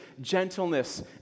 gentleness